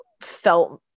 felt